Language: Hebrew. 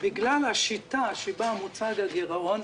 בגלל השיטה שבה מוצג הגירעון,